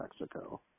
Mexico